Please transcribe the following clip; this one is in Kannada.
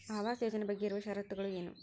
ಆವಾಸ್ ಯೋಜನೆ ಬಗ್ಗೆ ಇರುವ ಶರತ್ತುಗಳು ಏನು?